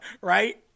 right